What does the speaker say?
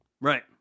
Right